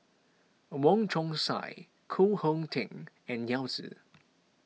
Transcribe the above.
Wong Chong Sai Koh Hong Teng and Yao Zi